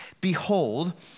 Behold